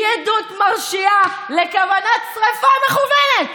היא עדות מרשיעה לכוונת שרפה מכוונת.